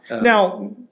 Now